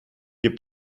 gibt